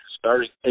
starting